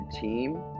team